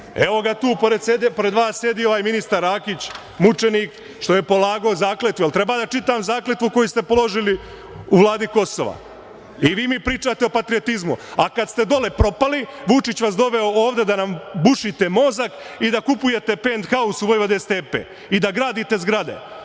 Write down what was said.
veliki. Evo, pored vas sedi ovaj ministar Rakić mučenik što je polagao zakletvu. Da li treba da čitam zakletvu koju ste položili u Vladi Kosova? Vi mi pričate o patriotizimu? Kada ste dole propali, Vučić vas doveo ovde da nam bušite mozak i da kupujete penthaus u Vojvode Stepe i da gradite zgrade. Svaki